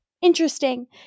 interesting